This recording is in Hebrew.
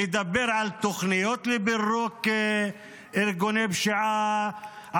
לדבר על תוכניות לפירוק ארגוני פשיעה,